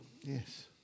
Yes